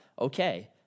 Okay